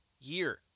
year